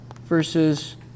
versus